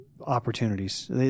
opportunities